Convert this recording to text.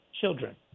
children